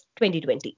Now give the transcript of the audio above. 2020